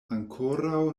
ankoraŭ